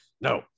No